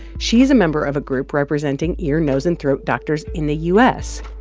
she's a member of a group representing ear, nose and throat doctors in the u s.